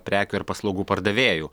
prekių ar paslaugų pardavėju